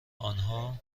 آنها